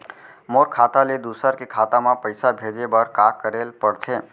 मोर खाता ले दूसर के खाता म पइसा भेजे बर का करेल पढ़थे?